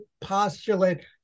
postulate